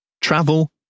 Travel